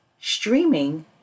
streaming